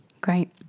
Great